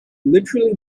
literally